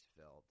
filled